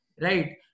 Right